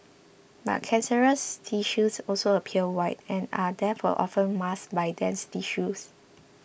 but cancerous tissues also appear white and are therefore often masked by dense tissues